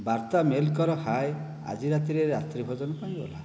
ବାର୍ତ୍ତା ମେଲ୍ କର ହାଏ ଆଜି ରାତିରେ ରାତ୍ରି ଭୋଜନ ପାଇଁ ଓହ୍ଲା